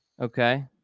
Okay